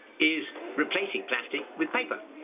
is replacing plastic with paper.